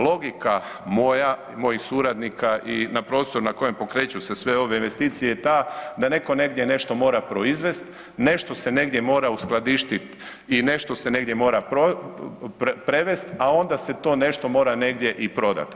Logika moja, moj suradnika i na prostoru na kojem pokreću su se sve ove investicije je ta da neko negdje nešto mora proizvest, nešto se negdje mora uskladištit i nešto se negdje mora prevest a onda se to nešto mora negdje i prodat.